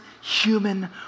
human